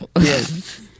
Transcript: Yes